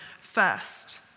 first